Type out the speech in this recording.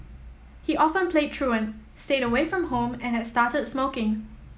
he often played truant stayed away from home and had started smoking